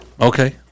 Okay